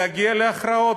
להגיע להכרעות,